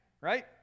Right